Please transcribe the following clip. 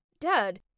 Dad